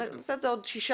נעשה את זה עוד שישה.